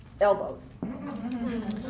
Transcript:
elbows